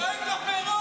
דואג לפירות.